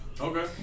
Okay